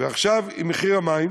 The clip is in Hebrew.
ועכשיו עם מחיר המים,